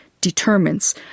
determines